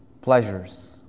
pleasures